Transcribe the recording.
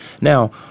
Now